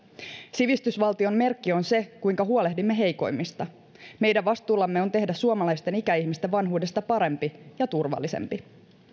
sivistysvaltion merkki on se kuinka huolehdimme heikoimmista meidän vastuullamme on tehdä suomalaisten ikäihmisten vanhuudesta parempi ja turvallisempi